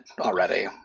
already